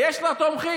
ויש לה תומכים.